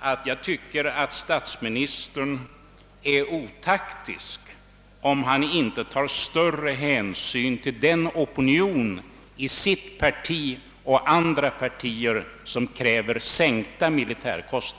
att jag tycker att statsministern är otaktisk, om han inte tar större hänsyn till den opinion i sitt parti och andras partier som kräver en sänkning av militärutgifterna.